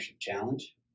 Challenge